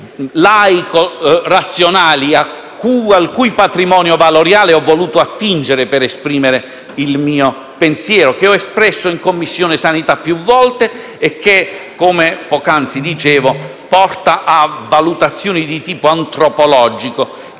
laico-razionali, al cui patrimonio valoriale ho voluto attingere per esprimere il mio pensiero, che ho espresso più volte in Commissione sanità e che, come poc'anzi dicevo, porta a valutazioni di tipo antropologico